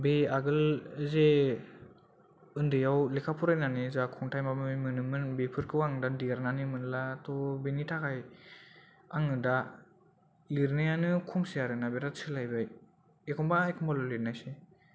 बे आगोल जे उन्दैयाव लेखा फरायनानै जा खन्थाइ माबा माबि मोनोमोन बेफोरखौ आं दा देरनानै मोनला त बेनि थाखाय आङो दा लिरनायानो खमसै आरो ना बिराद सोलायबाय एखम्बा एखम्बाल' लिरनायसै